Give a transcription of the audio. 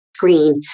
screen